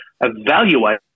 evaluate